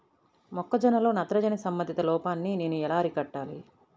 మొక్క జొన్నలో నత్రజని సంబంధిత లోపాన్ని నేను ఎలా అరికట్టాలి?